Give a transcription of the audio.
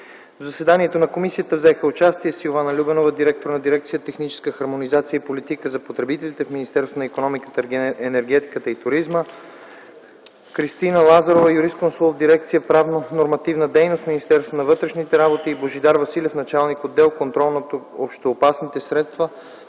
В заседанието на Комисията взеха участие Силвана Любенова – директор на Дирекция „Техническа хармонизация и политика за потребителите” в Министерство на икономиката, енергетиката и туризма, Кристина Лазарова - юрисконсулт в Дирекция „Правно-нормативна дейност” в Министерство на вътрешните работи, и Божидар Василев - началник отдел „Контрол над общоопасните средства”